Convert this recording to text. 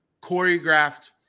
Choreographed